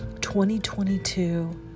2022